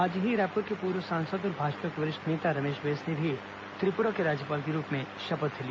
आज ही रायपुर के पूर्व सांसद और भाजपा के वरिष्ठ नेता रमेश बैस ने भी त्रिपुरा के राज्यपाल के रूप में शपथ ली